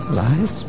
lies